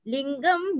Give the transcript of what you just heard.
Lingam